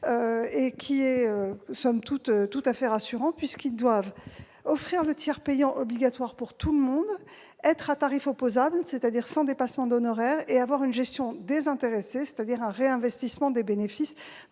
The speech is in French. restreint. Somme toute, c'est plutôt rassurant, puisqu'ils doivent offrir le tiers payant obligatoire pour tout le monde, être à tarifs opposables, c'est-à-dire sans dépassement d'honoraires, et avoir une gestion désintéressée, c'est-à-dire un réinvestissement des bénéfices.